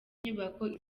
inyubako